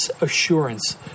assurance